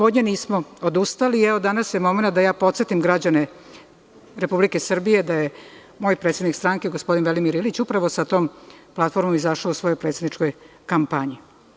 Od nje nismo odustali i danas je momenat da ja podsetim građane Republike Srbije da je moj predsednik stranke, gospodin Velimir Ilić, upravo sa tom platformom izašao u svojoj predsedničkoj kampanji.